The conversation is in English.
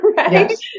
yes